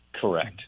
correct